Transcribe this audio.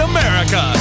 America